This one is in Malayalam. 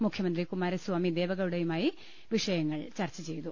മുഖ്യമന്ത്രി കുമാരസ്ഥാമി ദേവഗൌഡയുമായി വിഷ്യങ്ങൾ ചർച്ചചെയ്തു